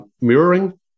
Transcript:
Mirroring